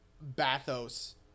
bathos